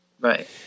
right